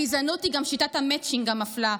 הגזענות היא גם שיטת המצ'ינג המפלה,